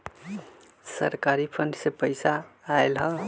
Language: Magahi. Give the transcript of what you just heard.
सरकारी फंड से पईसा आयल ह?